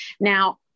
Now